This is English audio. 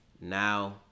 now